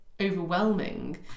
overwhelming